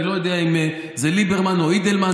אני לא יודע אם זה ליברמן או אידלמן,